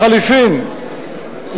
לחלופין,